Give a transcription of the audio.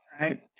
Right